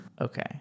Okay